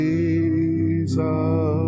Jesus